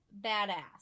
Badass